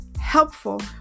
helpful